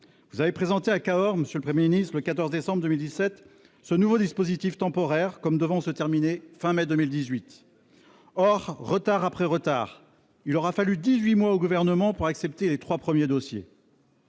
vous avez présenté à Cahors, le 14 décembre 2017, ce nouveau dispositif temporaire comme devant se terminer à la fin de mai 2018. Or, retard après retard, il aura fallu dix-huit mois au Gouvernement pour accepter les trois premiers dossiers.